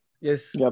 Yes